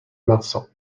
marsan